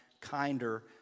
kinder